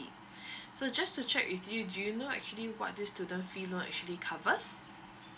so just to check with you do you know actually what this student fee loan actually covers